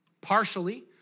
partially